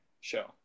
show